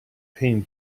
pain